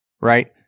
right